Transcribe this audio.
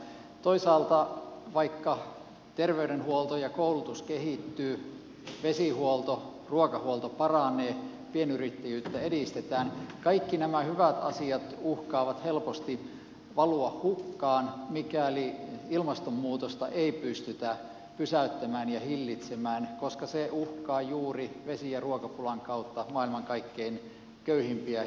toisaalta vaikka terveydenhuolto ja koulutus kehittyvät vesihuolto ja ruokahuolto paranevat ja pienyrittäjyyttä edistetään kaikki nämä hyvät asiat uhkaavat helposti valua hukkaan mikäli ilmastonmuutosta ei pystytä pysäyttämään ja hillitsemään koska se uhkaa juuri vesi ja ruokapulan kautta maailman kaikkein köyhimpiä ja herkimpiä maita